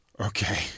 Okay